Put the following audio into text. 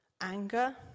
anger